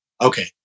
okay